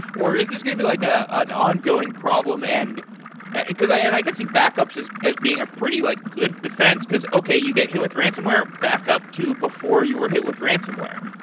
is this going to be like ah an ongoing problem? and because i and i can see backups as as being a pretty like good defense because, okay, you get hit with ransomware, backup to before you were hit with ransomware.